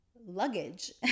luggage